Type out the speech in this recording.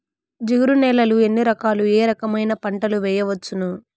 జిగురు నేలలు ఎన్ని రకాలు ఏ రకమైన పంటలు వేయవచ్చును?